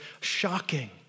shocking